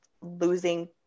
losing